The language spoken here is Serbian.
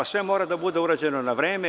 Sve mora da bude urađeno na vreme.